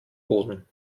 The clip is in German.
boden